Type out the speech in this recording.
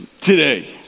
today